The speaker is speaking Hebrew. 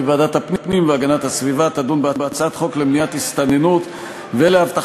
כי ועדת הפנים והגנת הסביבה תדון בהצעת חוק למניעת הסתננות ולהבטחת